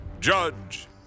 judge